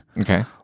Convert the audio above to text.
Okay